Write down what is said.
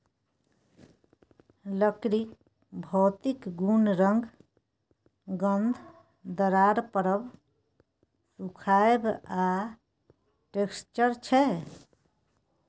लकड़ीक भौतिक गुण रंग, गंध, दरार परब, सुखाएब आ टैक्सचर छै